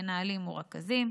מנהלים ורכזים,